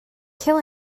kill